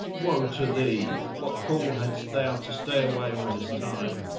woe to thee! what call hadst thou to stay away all this time?